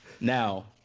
Now